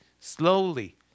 Slowly